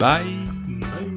Bye